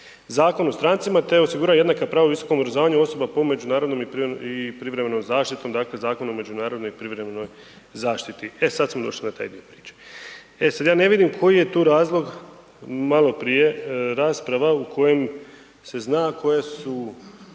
međunarodnom i privremenom zaštitom, dakle Zakonom o međunarodnoj i privremenoj zaštiti, e sad smo došli na taj dio priče, e sad ja ne vidim koji je tu razlog, maloprije rasprava u kojem se zna koje su